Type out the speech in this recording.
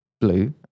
blue